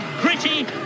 gritty